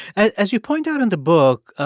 as you point out in the book,